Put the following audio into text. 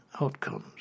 outcomes